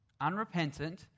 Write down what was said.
unrepentant